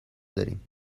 داریم